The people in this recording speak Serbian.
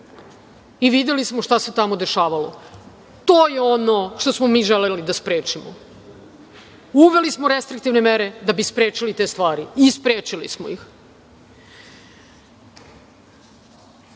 i videli smo šta se tamo dešavalo. To je ono što smo mi želeli da sprečimo. Uveli smo restriktivne mere da bi sprečili te stvari i sprečili smo ih. Mi